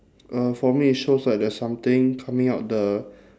uh for me it shows like there's something coming out the